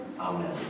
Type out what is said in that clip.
Amen